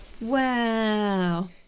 Wow